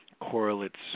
Correlates